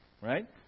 Right